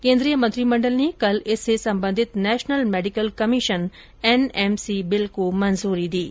केन्द्रीय मंत्रिमंडल ने कल इससे संबंधित national medical commission NMC bill को मंजूरी दे दी है